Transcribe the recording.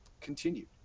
Continued